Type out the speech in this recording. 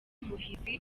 muhizi